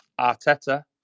Arteta